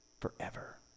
forever